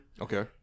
Okay